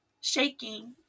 shaking